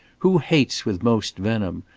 who hates with most venom?